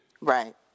Right